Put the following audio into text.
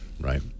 right